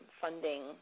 funding